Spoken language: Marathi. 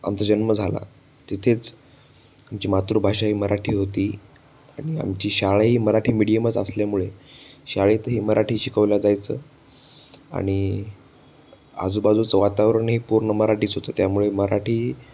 आमचा जन्म झाला तिथेच आमची मातृभाषा ही मराठी होती आणि आमची शाळा ही मराठी मिडीयमच असल्यामुळे शाळेतही मराठी शिकवलं जायचं आणि आजूबाजूचं वातावरणही पूर्ण मराठीच होतं त्यामुळे मराठी